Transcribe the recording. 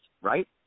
right